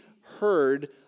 heard